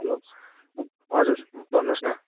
hello हजुर भन्नु होस् न